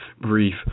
brief